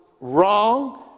wrong